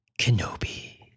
kenobi